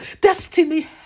destiny